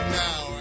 now